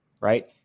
right